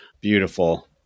Beautiful